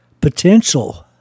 potential